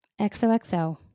XOXO